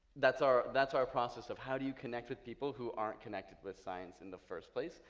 that's our that's our process of how do you connect with people who aren't connected with science in the first place?